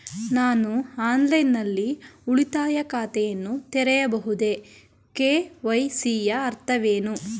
ನಾನು ಆನ್ಲೈನ್ ನಲ್ಲಿ ಉಳಿತಾಯ ಖಾತೆಯನ್ನು ತೆರೆಯಬಹುದೇ? ಕೆ.ವೈ.ಸಿ ಯ ಅರ್ಥವೇನು?